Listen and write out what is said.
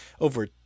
Over